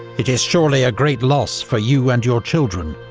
it is surely a great loss for you and your children,